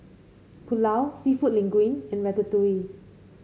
Pulao seafood Linguine and Ratatouille